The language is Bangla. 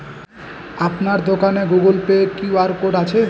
আপনার দোকানে গুগোল পে কিউ.আর কোড আছে?